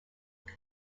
give